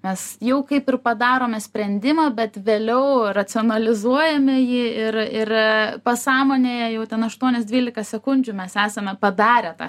mes jau kaip ir padarome sprendimą bet vėliau racionalizuojame jį ir ir pasąmonėje jau ten aštuonios dvylika sekundžių mes esame padarę tą